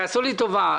תעשו לי טובה.